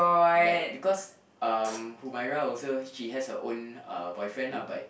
like because um Humairah also she has her own uh boyfriend lah but